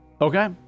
okay